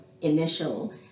initial